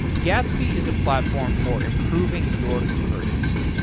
gatsby is a platform for improving your conversion.